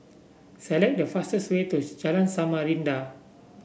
select the fastest way to Jalan Samarinda